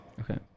Okay